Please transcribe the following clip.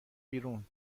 بیرون